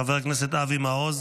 חבר הכנסת אבי מעוז,